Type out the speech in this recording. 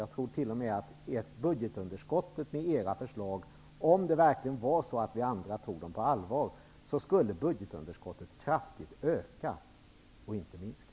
Jag tror t.o.m. att budgetunderskottet med era förslag, om vi andra verkligen tog dem på allvar, skulle öka kraftigt och inte minska.